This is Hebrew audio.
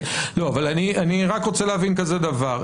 אבל אני רק רוצה להבין כזה דבר,